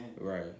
Right